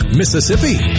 mississippi